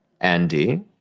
Andy